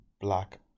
black